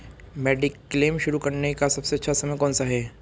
Mediclaim शुरू करने का सबसे अच्छा समय कौनसा है?